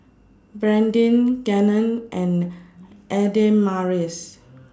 Brandyn Gannon and Adamaris